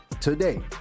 Today